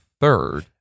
third